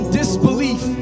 disbelief